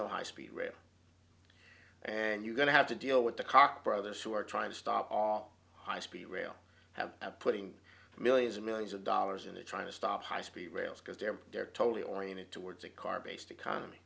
the high speed rail and you're going to have to deal with the cock brothers who are trying to stop all high speed rail have putting millions of millions of dollars into trying to stop high speed rail because they're they're totally oriented towards a car based economy